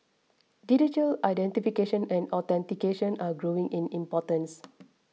digital identification and authentication are growing in importance